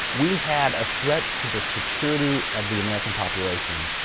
we had a threat to the security of the american population,